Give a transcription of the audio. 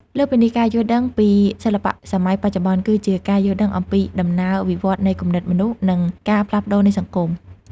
លើសពីនេះ ការយល់ដឹងពីសិល្បៈសម័យបច្ចុប្បន្ន គឺជាការយល់ដឹងអំពីដំណើរវិវត្តន៍នៃគំនិតមនុស្ស និងការផ្លាស់ប្តូរនៃសង្គម។